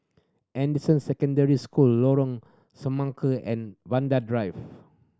Anderson Secondary School Lorong Semangka and Vanda Drive